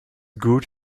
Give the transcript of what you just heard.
good